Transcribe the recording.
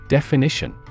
Definition